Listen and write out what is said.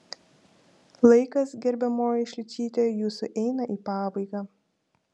laikas gerbiamoji šličyte jūsų eina į pabaigą